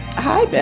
hi but